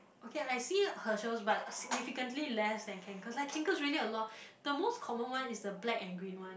okay I see Herschel but significantly less then Kanken like Kanken is really a lot the most common one is the black and green one